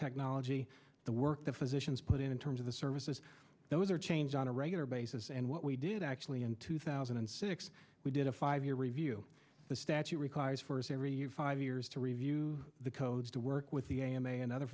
technology the work the physicians put in in terms of the services those are change on a regular basis and what we did actually in two thousand and six we did a five year review the statute requires for us every year five years to review the codes to work with the a m a and other